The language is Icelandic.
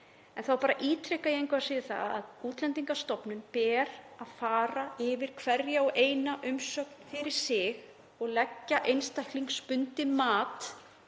þá ítreka ég engu að síður að Útlendingastofnun ber að fara yfir hverja og eina umsókn fyrir sig og leggja einstaklingsbundið mat